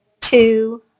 two